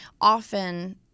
Often